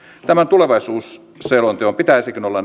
tämän tulevaisuusselonteon pitäisikin olla